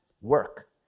work